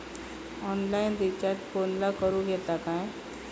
Online recharge फोनला करूक येता काय?